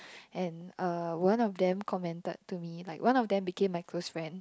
and uh one of them commented to me like one of them became my close friend